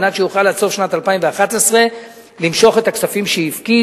כדי שיוכל עד סוף שנת 2011 למשוך את הכספים שהפקיד.